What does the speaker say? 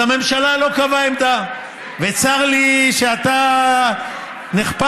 אז הממשלה לא קבעה עמדה, וצר לי שאתה נחפז.